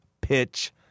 pitch